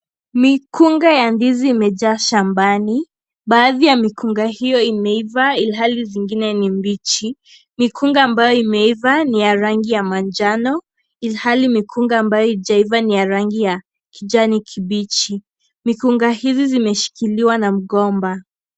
Mikunga ya ndizi imejaa shambani baadhi ya mikunga hiyo imeiva ilhali zingine ni mbichi mikunga ambayo imeiva ni ya rangi ya manjano ilhali mikunga ambayo haijaiva ni ya rangi ya kijani kibichi mikunga hizi zimeshikiliwa na mgomba.